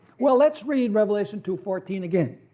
well let's read revelation two fourteen again.